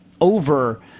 over